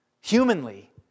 humanly